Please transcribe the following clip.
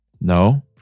No